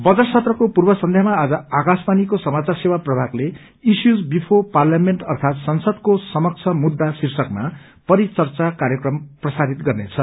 budget सत्रको पूर्व सन्ध्यामा आज आकाशवाणीको सामाचार सेवा प्रभाग ईशूज विफोर पार्लिमेण्ट अर्थात संसदको समक्ष मुद्दा शीार्षकमा परिचर्चा कार्यक्रम प्रसारित गर्नेछ